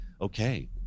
okay